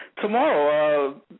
Tomorrow